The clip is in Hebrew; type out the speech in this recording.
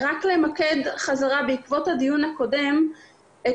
בעקבות הדיון הקודם,